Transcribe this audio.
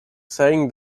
saying